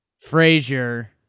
Frazier